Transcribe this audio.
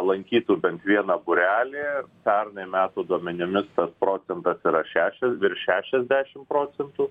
lankytų bent vieną būrelį pernai metų duomenimis tas procentas yra šešias virš šešiasdešim procentų